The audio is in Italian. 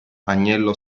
agnello